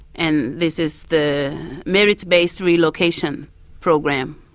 and this is the merits based relocation program.